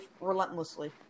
relentlessly